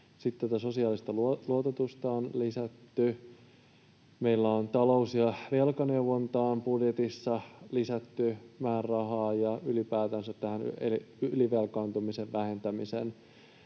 sosiaalista luottoluototusta on lisätty. Meillä on talous‑ ja velkaneuvontaan budjetissa lisätty määrärahaa ja ylipäätänsä ylivelkaantumisen ehkäisemiseen.